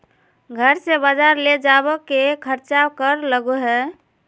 घर से बजार ले जावे के खर्चा कर लगो है?